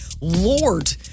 lord